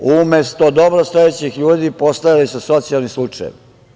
Umesto dobrostojećih ljudi, postojali su socijalni slučajevi.